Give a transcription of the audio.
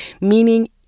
meaning